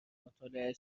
مطالعه